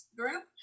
group